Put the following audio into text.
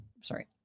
Sorry